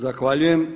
Zahvaljujem.